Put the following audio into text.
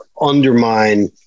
undermine